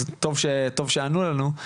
טוב שענו לנו,